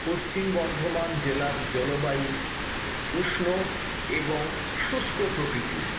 পশ্চিম বর্ধমান জেলার জলবায়ু উষ্ণ এবং শুষ্ক প্রকৃতির